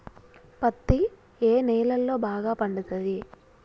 పత్తి ఏ నేలల్లో బాగా పండుతది?